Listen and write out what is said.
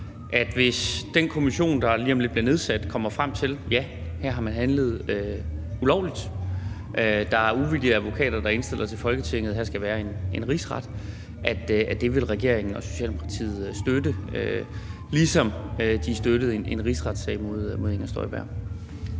og hvis den kommission, der lige om lidt bliver nedsat, kommer frem til, at ja, her er der handlet ulovligt, og hvis der er uvildige advokater, der indstiller til Folketinget, at her skal være en rigsret, at regeringen og Socialdemokratiet så vil støtte det, ligesom de støttede en rigsretssag mod Inger Støjberg?